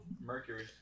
Mercury